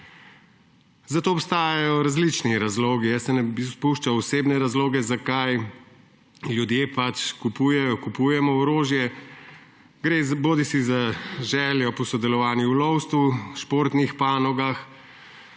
zato obstajajo različni razlogi. Jaz se ne bi spuščal v osebne razloge. Zakaj? Ljudje pač kupujemo orožje, gre bodisi za željo po sodelovanju v lovstvu, športnih panogah,